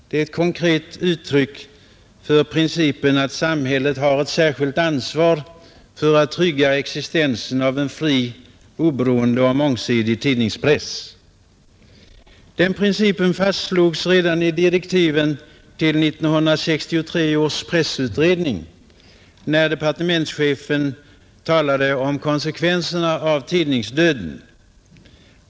Det är ett konkret uttryck för principen att samhället har ett särskilt ansvar för att trygga existensen av en fri, oberoende och mångsidig tidningspress. Den principen fastslogs redan i direktiven till 1963 års pressutredning, när departementschefen talade om konsekvenserna av tidningsdöden.